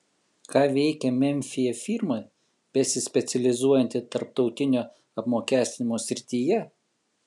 ką veikia memfyje firma besispecializuojanti tarptautinio apmokestinimo srityje